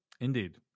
Indeed